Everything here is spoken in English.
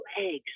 eggs